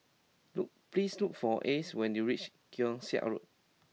look please look for Ace when you reach Keong Saik Road